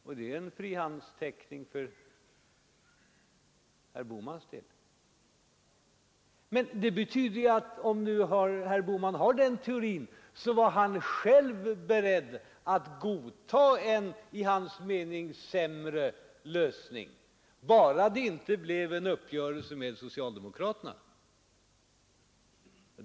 Det är en frihandsteckning av herr Bohman. Men det betyder att om herr Bohman har den teorin, så var han själv beredd att godta en i hans mening sämre lösning, bara det inte blev en uppgörelse med socialdemokraterna.